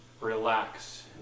relax